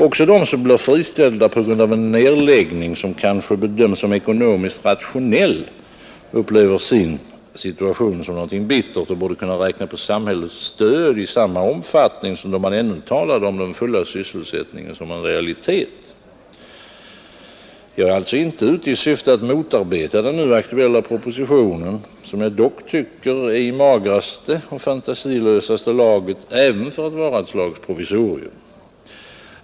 Också de som blir friställda på grund av en nedläggning, som kanske bedöms som ekonomiskt rationell, upplever sin situation som något bittert och borde kunna räkna på samhällets stöd i samma omfattning som då man ännu talade om den fulla sysselsättningen som en realitet. Jag är alltså inte ute i syfte att motarbeta den nu aktuella propositionen, som jag dock tycker är i magraste och fantasilösaste laget även för att vara ett slags provisorium.